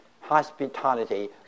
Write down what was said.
hospitality